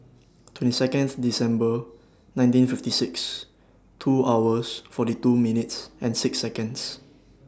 twenty Seconds December nineteen fifty six two hours forty two minutes and six Seconds